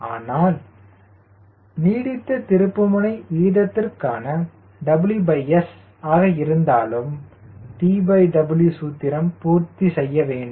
ஆனால் நீடித்த திருப்புமுனை வீதத்திற்கான WS ஆக இருந்தாலும் TW சூத்திரம் பூர்த்தி செய்ய வேண்டும்